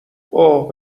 اوه